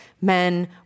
men